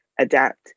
adapt